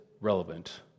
relevant